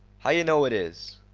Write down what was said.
how yeh know it is?